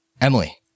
Emily